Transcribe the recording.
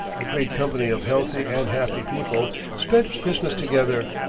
a great company of healthy and happy people, spent christmas together,